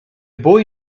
boy